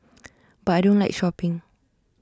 but I don't like shopping